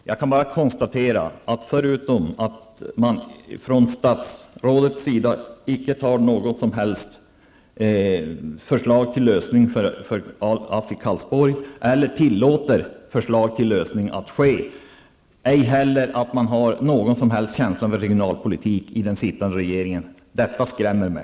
Herr talman! Jag kan bara konstatera att förutom att statsrådet icke har något som helst förslag till lösning för ASSI Karlsborg inte heller tillåter förslag till lösning. Man har inte heller någon som helst känsla för regionalpolitik i den sittande regeringen. Detta skrämmer mig.